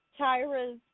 Tyra's